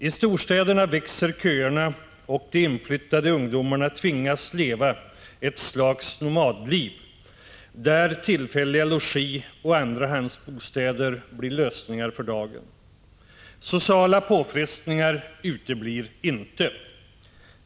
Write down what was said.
I storstäderna växer köerna, och de inflyttade ungdomarna tvingas leva ett slags nomadliv, där tillfälliga logier och andrahandsbostäder blir lösningar för dagen. Sociala påfrestningar uteblir inte.